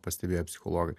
pastebėjo psichologai